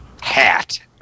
hat